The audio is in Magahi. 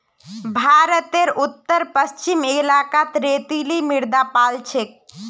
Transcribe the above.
भारतेर उत्तर पश्चिम इलाकात रेतीली मृदा पाल जा छेक